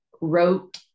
wrote